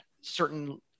certain